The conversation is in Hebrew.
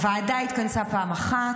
הוועדה התכנסה פעם אחת,